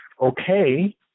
okay